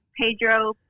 Pedro